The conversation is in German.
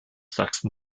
sachsen